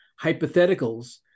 hypotheticals